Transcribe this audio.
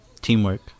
Teamwork